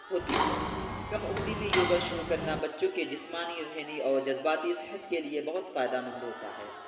ہوتی ہے کم عمری میں یوگا شروع کرنا بچوں کے جسمانی ذہنی اور جذباتی صحت کے لیے بہت فائدہ مند ہوتا ہے